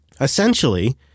Essentially